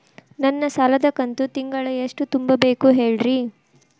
ನನ್ನ ಸಾಲದ ಕಂತು ತಿಂಗಳ ಎಷ್ಟ ತುಂಬಬೇಕು ಹೇಳ್ರಿ?